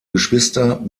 geschwister